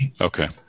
Okay